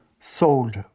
sold